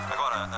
Agora